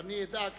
אני יודע.